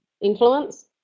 influence